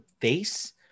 face